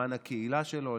למען הקהילה שלו,